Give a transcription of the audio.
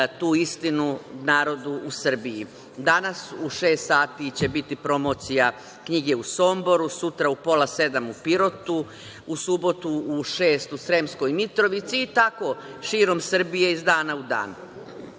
tu istinu narodu u Srbiji. Danas u šest sati će biti promocija knjige u Somboru, sutra u pola sedam u Pirotu, u subotu u šest u Sremskoj Mitrovici i tako širom Srbije iz dana u